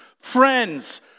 Friends